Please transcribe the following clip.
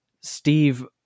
Steve